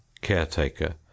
caretaker